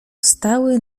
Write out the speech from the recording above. stały